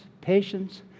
patience